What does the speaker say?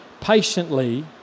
patiently